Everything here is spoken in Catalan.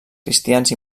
cristians